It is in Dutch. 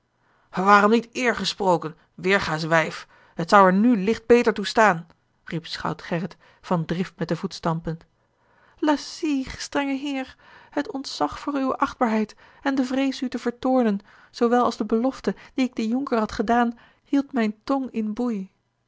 waarom niet eer gesproken weêrgaasch wijf het zou er nu licht beter toe staan riep schout gerrit van drift met den voet stampend a l g bosboom-toussaint de stampen lacie eer het ontzag voor uwe achtbaarheid en de vrees u te vertoornen zoowel als de belofte die ik den jonker had gedaan hield mijn tong in